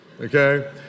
Okay